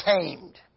tamed